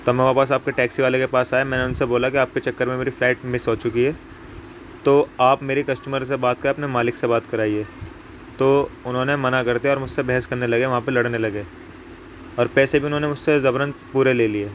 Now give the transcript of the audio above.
تب میں واپس آپ کی ٹیکسی والے کے پاس آیا میں نے ان سے بولا کہ آپ کے چکر میں میری فلائٹ مس ہو چکی ہے تو آپ میری کسٹمر سے بات کریں اپنے مالک سے بات کرائیے تو انہوں نے منع کر دیا اور مجھ سے بحث کرنے لگے وہاں پہ لڑنے لگے اور پیسے بھی انہوں نے مجھ سے جبراً پورے لے لیے